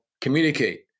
communicate